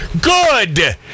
Good